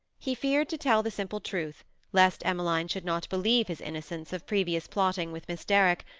he feared to tell the simple truth lest emmeline should not believe his innocence of previous plotting with miss derrick,